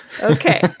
Okay